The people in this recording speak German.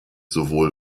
sowohl